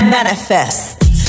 manifest